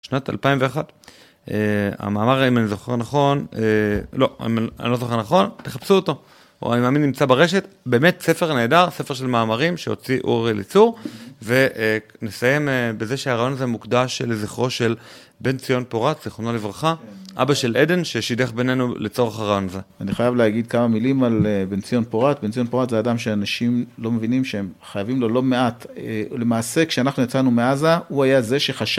שנת 2001. המאמר, אם אני זוכר נכון, לא, אני לא זוכר נכון, תחפשו אותו, הוא אני מאמין נמצא ברשת, באמת ספר נהדר, ספר של מאמרים שהוציא אור אליצור, ונסיים בזה שהראיון הזה מוקדש לזכרו של בן ציון פורת, זכרונו לברכה, אבא של עדן, ששידך בינינו לצורך הראיון הזה. אני חייב להגיד כמה מילים על בן ציון פורת, בן ציון פורת זה אדם שאנשים לא מבינים שהם חייבים לו לא מעט, למעשה כשאנחנו יצאנו מעזה, הוא היה זה שחשב...